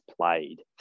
played